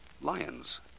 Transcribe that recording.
Lions